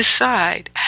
decide